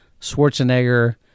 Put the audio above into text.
Schwarzenegger